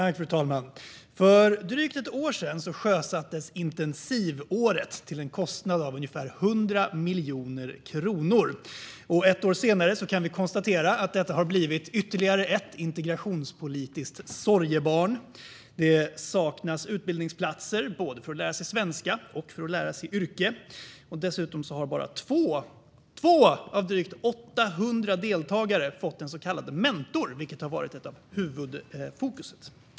Fru talman! För drygt ett år sedan sjösattes intensivåret, till en kostnad av ungefär 100 miljoner kronor. Ett år senare kan vi konstatera att detta har blivit ytterligare ett integrationspolitiskt sorgebarn. Det saknas utbildningsplatser för att lära sig svenska och ett yrke. Dessutom har bara 2 av drygt 800 deltagare fått en så kallad mentor, vilket har varit ett huvudfokus.